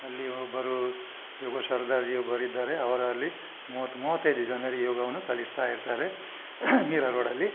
ಅಲ್ಲಿ ಒಬ್ಬರು ಯೋಗ ಸರ್ದಾರ್ ಜಿ ಒಬ್ಬರಿದ್ದಾರೆ ಅವರು ಅಲ್ಲಿ ಮೂವತ್ತು ಮೂವತ್ತೈದು ಜನರಿಗೆ ಯೋಗವನ್ನು ಕಲಿಸ್ತಾಯಿರ್ತಾರೆ ಮೀರಾ ರೋಡಲ್ಲಿ